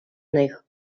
них